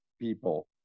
people